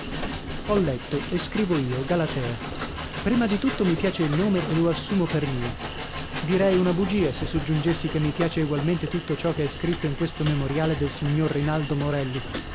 ho letto e scrivo io galatea prima di tutto mi piace il nome e lo assumo per mio direi una bugia se soggiungessi che mi piace egualmente tutto ciò che è scritto in questo memoriale del signor rinaldo morelli